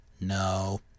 No